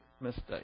mistake